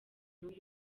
n’uyu